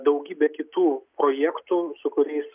daugybė kitų projektų su kuriais